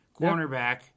cornerback